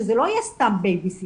שזה לא יהיה סתם בייביסיטר.